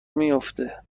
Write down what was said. میافته